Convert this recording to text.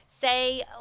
say